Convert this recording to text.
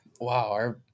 Wow